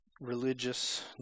religious